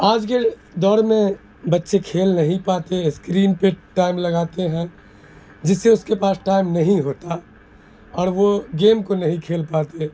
آج کے دور میں بچے کھیل نہیں پاتے اسکرین پہ ٹائم لگاتے ہیں جس سے اس کے پاس ٹائم نہیں ہوتا اور وہ گیم کو نہیں کھیل پاتے